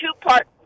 two-part